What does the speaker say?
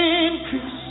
increase